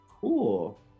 Cool